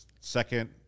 second